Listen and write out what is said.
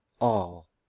All